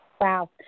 Wow